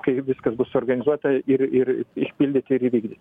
kai viskas bus suorganizuota ir ir išpildyti ir įvykdyt